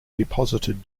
deposited